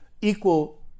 Equal